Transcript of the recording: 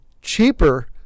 cheaper